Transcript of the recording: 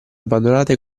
abbandonate